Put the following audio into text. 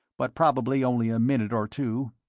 but probably only a minute or two.